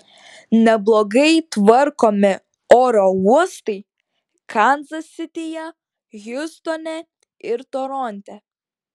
neblogai tvarkomi oro uostai kanzas sityje hjustone ir toronte